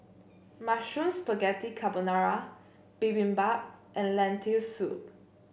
Mushroom Spaghetti Carbonara Bibimbap and Lentil Soup